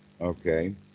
Okay